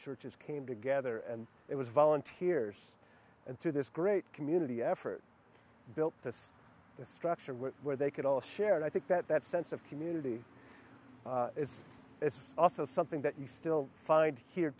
churches came together and it was volunteers and through this great community effort built to this structure where they could all share and i think that that sense of community is also something that you still find here